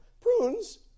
Prunes